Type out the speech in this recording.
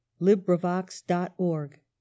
LibriVox.org